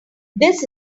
this